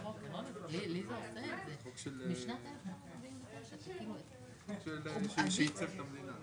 שלא ייבלע לנו בתוך הבולענים ובסוף נצטרך להביא עוד החלטת ממשלה.